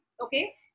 okay